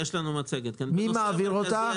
מי מעביר אותה?